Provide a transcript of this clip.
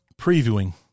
previewing